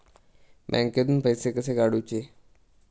बँकेतून पैसे कसे काढूचे?